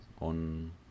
on